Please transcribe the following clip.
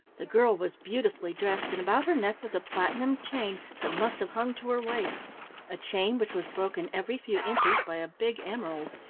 the girl was beautifully dressed, and about her neck was a platinum chain that must have hung to her waist a chain which was broken every few inches by a big emerald.